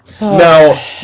Now